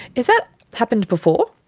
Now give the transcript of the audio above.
has that happened before?